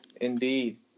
Indeed